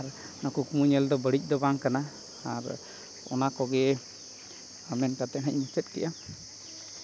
ᱚᱱᱟ ᱠᱩᱠᱢᱩ ᱧᱮᱞ ᱫᱚ ᱵᱟᱹᱲᱤᱡ ᱫᱚ ᱵᱟᱝ ᱠᱟᱱᱟ ᱟᱨ ᱚᱱᱟ ᱠᱚᱜᱮ ᱢᱮᱱ ᱠᱟᱛᱮᱫ ᱦᱟᱸᱜ ᱤᱧ ᱢᱩᱪᱟᱹᱫ ᱠᱮᱫᱟ